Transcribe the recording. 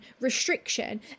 restriction